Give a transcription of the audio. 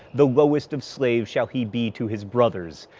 the lowest of slaves shall he be to his brothers.